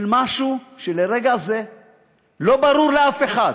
משהו שלרגע זה לא ברור לאף אחד